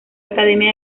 academia